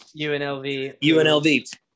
UNLV